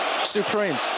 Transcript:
Supreme